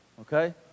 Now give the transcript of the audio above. Okay